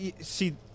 see